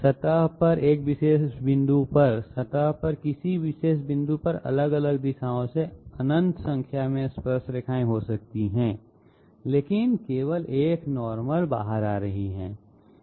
सतह पर एक विशेष बिंदु पर सतह पर किसी विशेष बिंदु पर अलग अलग दिशाओं में अनंत संख्या में स्पर्श रेखाएं हो सकती हैं लेकिन केवल एक नॉर्मल बाहर आ रही है